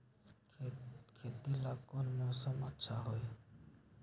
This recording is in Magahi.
खेती ला कौन मौसम अच्छा होई?